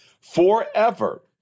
forever